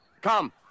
come